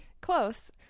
Close